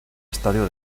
estadio